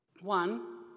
One